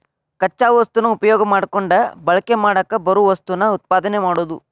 ಕಚ್ಚಾ ವಸ್ತುನ ಉಪಯೋಗಾ ಮಾಡಕೊಂಡ ಬಳಕೆ ಮಾಡಾಕ ಬರು ವಸ್ತುನ ಉತ್ಪಾದನೆ ಮಾಡುದು